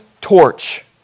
torch